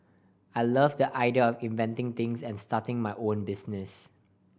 I love the idea inventing things and starting my own business